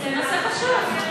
זה נושא חשוב.